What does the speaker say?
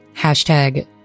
Hashtag